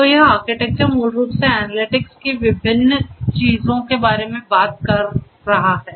तो यह आर्किटेक्चर मूल रूप से एनालिटिक्स की विभिन्न चीजों के बारे में बात नहीं करता है